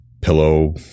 pillow